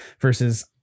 versus